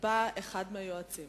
אחד מהיועצים,